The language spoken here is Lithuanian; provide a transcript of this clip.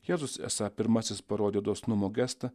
jėzus esą pirmasis parodė dosnumo gestą